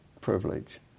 privilege